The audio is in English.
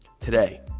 Today